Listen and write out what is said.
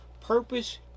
purpose